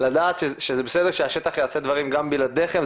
לדעת שזה בסדר שהשטח יעשה דברים גם בלעדיכם.